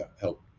help